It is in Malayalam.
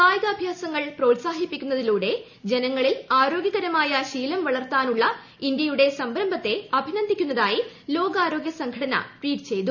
കായികാഭ്യാസങ്ങൾ പ്രോത്സാഹിപ്പിക്കുന്നതിലൂടെ ജനങ്ങളിൽ ആരോഗ്യകരമായ ശീലം വളർത്താനുള്ള ഇന്തൃയുടെ സംരംഭത്തെ അഭിനന്ദിക്കുന്നതായി ലോകാരോഗൃ സംഘടനാ ട്വീറ്റ് ചെയ്തു